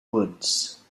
woods